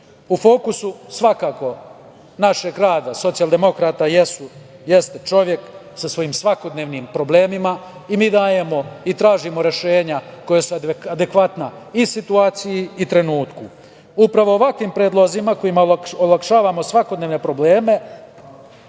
fokusu svakako našeg rada socijaldemokrata jeste čovek sa svojim svakodnevnim problemima i mi dajemo i tražimo rešenja koja su adekvatna i situaciji i trenutku. Upravo ovakvim predlozima kojima olakšavamo svakodnevne probleme